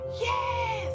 Yes